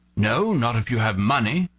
no, not if you have money.